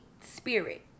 spirit